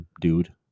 dude